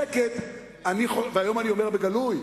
והיום אני אומר בגלוי: